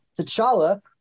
T'Challa